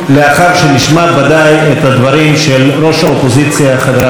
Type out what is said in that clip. הדברים של ראש האופוזיציה חברת הכנסת ציפי לבני.